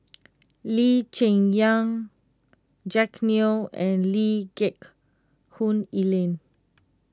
Lee Cheng Yan Jack Neo and Lee Geck Hoon Ellen